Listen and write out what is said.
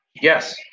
Yes